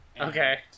okay